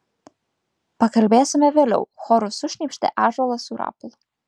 pakalbėsime vėliau choru sušnypštė ąžuolas su rapolu